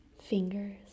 fingers